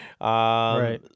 Right